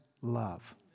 love